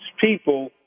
people